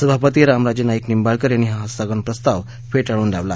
सभापती रामराजे नाईक निंबाळकर यांनी स्थगन प्रस्ताव फेटाळून लावला